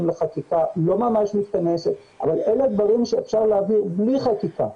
לחקיקה לא ממש מתכנסת אבל אלה הדברים שאפשר להעביר בלי חקיקה.